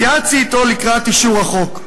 התייעצתי אתו לקראת אישור החוק,